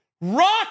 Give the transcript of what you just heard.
Rock